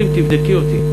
תבדקי אותי.